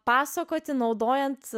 pasakoti naudojant